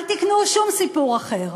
אל תקנו שום סיפור אחר.